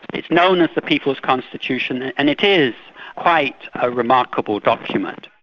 it's known as the people's constitution, and it is quite a remarkable document.